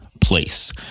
place